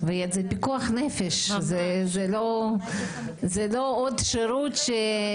יש עוד מקומות בעולם שבהם יש בעיה של מרחקים מאוד גדולים.